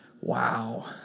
Wow